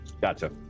Gotcha